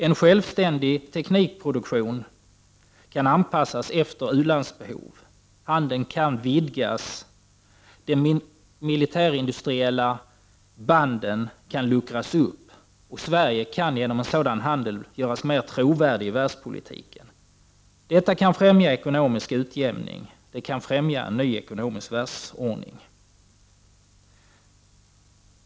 En självständig teknikproduktion kan anpassas efter u-landsbehov. Handeln kan vidgas och de militärindustriella banden kan luckras upp. Sverige kan med hjälp av en sådan handel göras mer trovärdig i världspolitiken. Detta kan främja ekonomisk utjämning en ny ekonomisk världsordning.